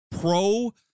pro